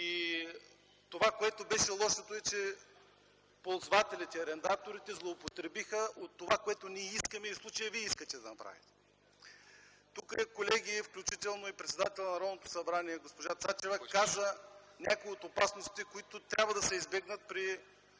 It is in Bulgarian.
Това, което беше лошото е, че ползвателите – арендаторите, злоупотребиха от това, което ние искахме, а в случая – вие искате да направим. Тук, колеги, включително и председателят на Народното събрание госпожа Цачева каза някои от опасностите, които трябва да се избегнат и